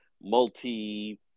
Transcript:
multi-